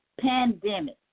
pandemic